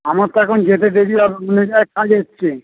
আমার তো এখন যেতে দেরী হবে কাজ এসছে